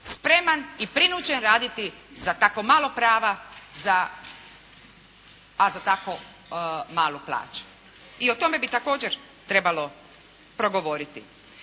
spreman i prinuđen raditi sa tako malo prava, a za tako malu plaću. I o tome bi također trebalo progovoriti.